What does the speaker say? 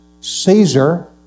Caesar